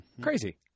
Crazy